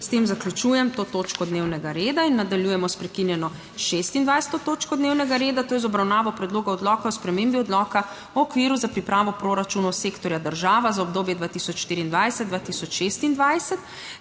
S tem zaključujem to točko dnevnega reda. Nadaljujemo s prekinjeno 26. točko dnevnega reda, to je z obravnavo Predloga odloka o spremembi Odloka o okviru za pripravo proračunov Sektorja država za obdobje 2024-2026.